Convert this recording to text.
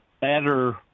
better